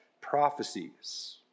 prophecies